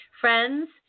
Friends